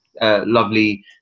lovely